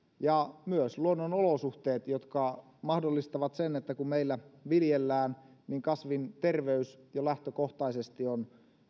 ja myös luonnon olosuhteet jotka mahdollistavat sen että kun meillä viljellään niin kasvin terveys jo lähtökohtaisesti on